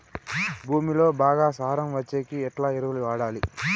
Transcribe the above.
భూమిలో బాగా సారం వచ్చేకి ఎట్లా ఎరువులు వాడాలి?